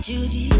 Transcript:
Judy